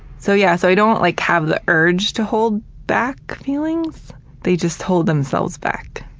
so, yeah, so i don't like have the urge to hold back feelings they just hold themselves back.